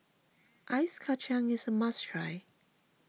Ice Kachang is a must try